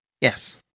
Yes